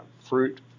fruit